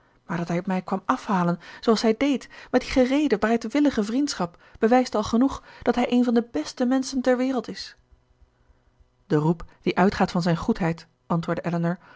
maar dat hij mij kwam afhalen zooals hij deed met die gereede bereidwillige vriendschap bewijst al genoeg dat hij een van de beste menschen ter wereld is de roep die uitgaat van zijn goedheid antwoordde